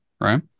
right